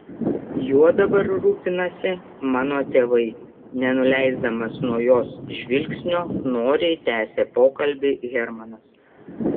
juo dabar rūpinasi mano tėvai nenuleisdamas nuo jos žvilgsnio noriai tęsė pokalbį hermanas